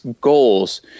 goals